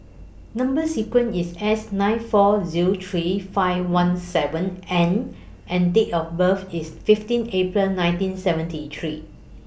Number sequence IS S nine four Zero three five one seven N and Date of birth IS fifteen April nineteen seventy three